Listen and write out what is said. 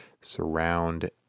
surround